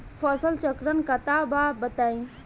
फसल चक्रण कट्ठा बा बताई?